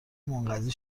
منقضی